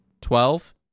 Twelve